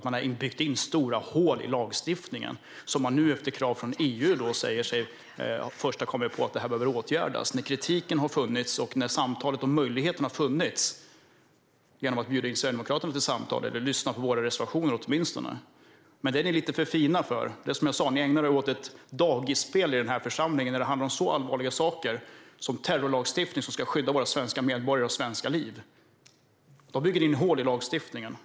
Man har byggt in stora hål i lagstiftningen som man först nu, efter krav från EU, säger sig ha kommit på behöver åtgärdas. Kritiken har funnits, och möjligheterna till samtal har funnits genom att bjuda in oss i Sverigedemokraterna till samtal eller genom att åtminstone lyssna på våra reservationer. Men det är ni lite för fina för. Det är som jag sa: Ni ägnar er åt ett dagisspel i den här församlingen när det handlar om så allvarliga saker som terrorlagstiftning, som ska skydda våra svenska medborgare och svenska liv. Då bygger ni in hål i lagstiftningen.